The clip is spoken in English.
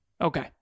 Okay